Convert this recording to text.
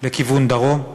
לכיוון דרום?